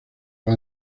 los